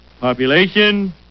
Population